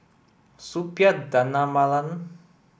Suppiah Dhanabalan